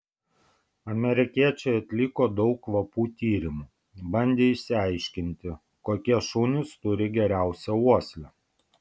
amerikiečiai atliko daug kvapų tyrimų bandė išsiaiškinti kokie šunys turi geriausią uoslę